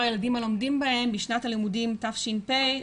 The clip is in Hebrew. הילדים הלומדים בהם בשנת הלימודים תש"פ,